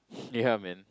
yeah man